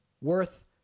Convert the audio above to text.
worth